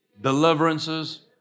deliverances